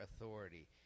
authority